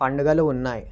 పండుగలు ఉన్నాయి